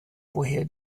woher